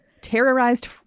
terrorized